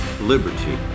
Liberty